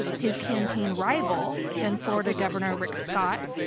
his campaign rival then florida governor rick scott,